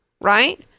right